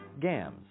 Gams